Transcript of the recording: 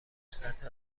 سطح